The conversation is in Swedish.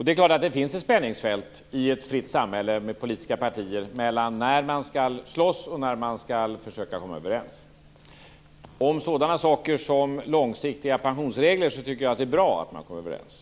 Det är klart att det finns ett spänningsfält i ett fritt samhälle för politiska partier mellan när man skall slåss och när man skall försöka komma överens. När det gäller sådana saker som långsiktiga pensionsregler tycker jag att det är bra att man kommer överens.